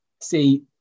See